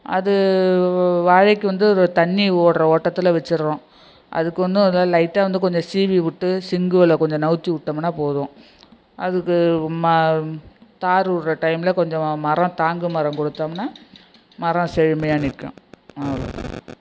அது வாழைக்கு வந்து ஒரு தண்ணி ஓட்டுற ஓட்டத்தில் வச்சிடுறோம் அதுக்கு ஒன்றும் லைட்டாக வந்து கொஞ்சம் சீவிவிட்டு சிங்குவள கொஞ்சம் நவுத்திவிட்டமுனா போதும் அதுக்கு மா தார் விட்ற டைமில கொஞ்சம் மரம் தாங்கு மரம் கொடுத்தமுனா மரம் செழுமையாக நிற்கும் அவ்வளோ தான்